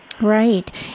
Right